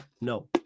no